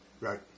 Right